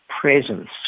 presence